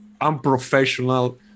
unprofessional